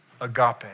agape